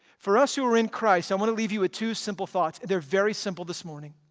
for us who are in christ, i want to leave you with two simple thoughts. they're very simple this morning.